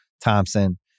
Thompson